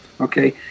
okay